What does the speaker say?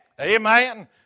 Amen